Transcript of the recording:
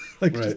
Right